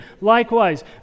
Likewise